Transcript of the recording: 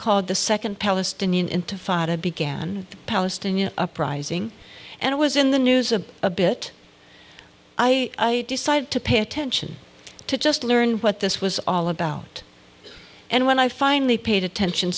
called the second palestinian intifada began the palestinian uprising and it was in the news a a bit i decided to pay attention to just learn what this was all about and when i finally paid attention